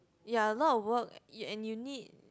ya a lot of work uh and you need